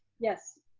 yes.